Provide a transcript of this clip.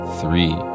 three